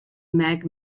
mag